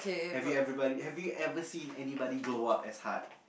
have you everybody have you ever seen anybody glow up as hard